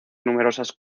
numerosas